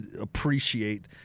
appreciate